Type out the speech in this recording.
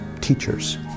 teachers